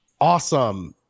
awesome